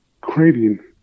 craving